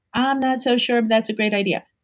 i'm not so sure if that's a great idea.